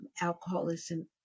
alcoholism